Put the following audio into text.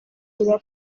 kuba